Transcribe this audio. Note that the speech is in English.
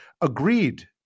agreed